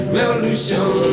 Revolution